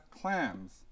clams